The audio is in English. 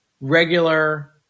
regular